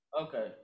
Okay